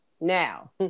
Now